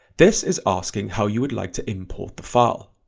this is asking how you would like to import the file,